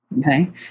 Okay